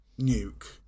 nuke